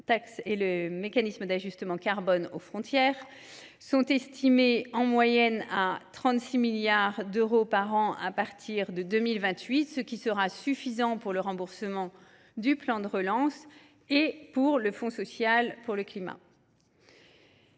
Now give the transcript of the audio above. et le mécanisme d’ajustement carbone aux frontières, sont estimées en moyenne à 36 milliards d’euros par an à partir de 2028, ce qui serait suffisant pour le remboursement du plan de relance et pour le Fonds social pour le climat.